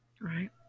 Right